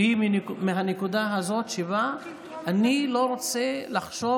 היא מהנקודה הזאת שבה אני לא רוצה לחשוב